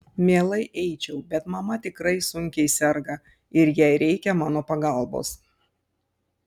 mielai eičiau bet mama tikrai sunkiai serga ir jai reikia mano pagalbos